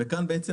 כאן אנחנו